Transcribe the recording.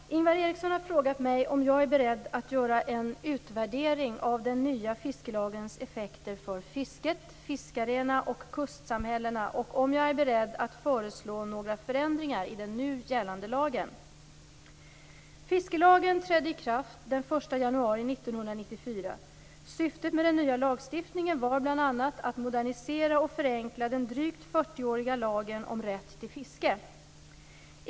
Fru talman! Ingvar Eriksson har frågat mig om jag är beredd att göra en utvärdering av den nya fiskelagens effekter för fisket, fiskarna och kustsamhällena och om jag är beredd att föreslå några förändringar i den nu gällande lagen. Fiskelagen trädde i kraft den 1 januari 1994. Syftet med den nya lagstiftningen var bl.a. att modernisera och förenkla den drygt 40-åriga lagen om rätt till fiske.